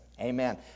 Amen